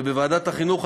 בוועדת החינוך,